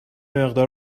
مقدار